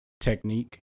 technique